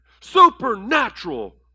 supernatural